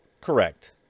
Correct